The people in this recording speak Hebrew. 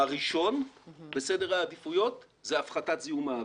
הראשון בסדר העדיפויות זה הפחתת זיהום האוויר.